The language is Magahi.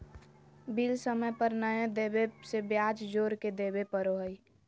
बिल समय पर नयय देबे से ब्याज जोर के देबे पड़ो हइ